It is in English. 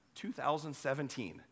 2017